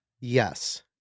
Yes